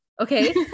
okay